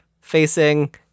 facing